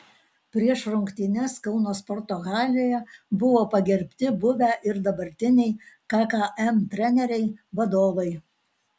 prieš rungtynes kauno sporto halėje buvo pagerbti buvę ir dabartiniai kkm treneriai vadovai